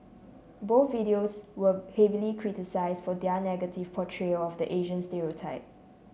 both videos were heavily criticise for their negative portrayal of the Asian stereotype